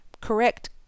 correct